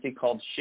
called